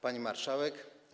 Pani Marszałek!